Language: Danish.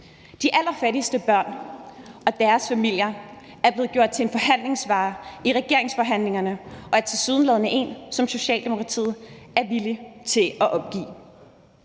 De allerfattigste børn og deres familier er blevet gjort til en forhandlingsvare i regeringsforhandlingerne og er tilsyneladende en vare, som Socialdemokratiet er villig til at opgive.